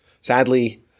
Sadly